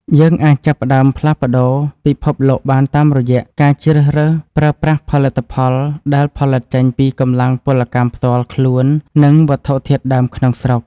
យើងអាចចាប់ផ្ដើមផ្លាស់ប្ដូរពិភពលោកបានតាមរយៈការជ្រើសរើសប្រើប្រាស់ផលិតផលដែលផលិតចេញពីកម្លាំងពលកម្មផ្ទាល់ខ្លួន និង វត្ថុធាតុដើមក្នុងស្រុក។